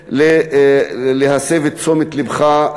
רוצה להסב אליו את תשומת לבך,